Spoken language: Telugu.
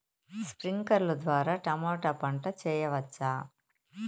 స్ప్రింక్లర్లు ద్వారా టమోటా పంట చేయవచ్చా?